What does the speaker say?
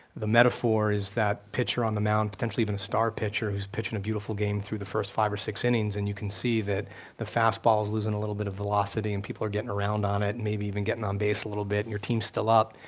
the metaphor is that pitcher on the mound, potentially even a star pitcher who's pitching a beautiful game through the first five or six innings, and you can see that the fastball is losing a little bit of velocity and people are getting around on it and maybe even getting on um base a little bit and your team's still up,